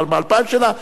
פעם באלפיים שנה,